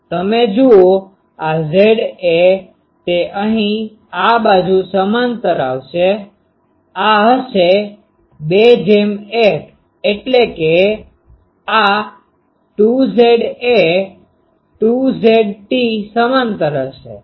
તમે જુઓ આ Za તે અહીં આ બાજુ સમાંતર આવશે આ હશે આ 2 1 એટલે આ 2Za 2Zt સમાંતર હશે